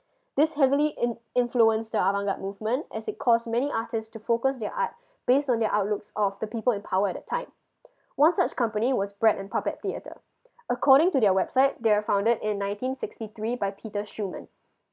this heavily in~ influence the avant garde movement as they cause many artist to focus their art based on the outlooks of the people in power at that time one such company was bread and puppet theater according to their website they are founded in nineteen sixty three by peter schumann